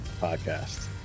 podcast